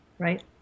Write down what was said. Right